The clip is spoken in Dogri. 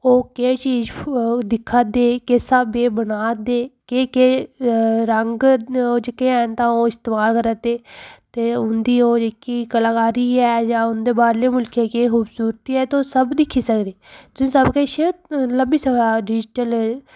ओह् केह् चीज़ फ दिक्खा दे किश साह्बै दे बना दे केह् केह् रंग न जेह्के हैन तां ओह् इस्तमाल करै दे ते उंदी ओह् जेह्की कलाकारी ऐ जां उं'दे बाह्रलें मुल्खें केह् खूबसूरती ऐ तुस सब दिक्खी सकदे तुस सब किश लब्भी सकदा डिजिटल